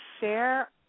share